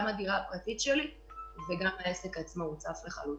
גם הדירה הפרטית שלי וגם העסק עצמו הוצפו לחלוטין.